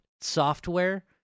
software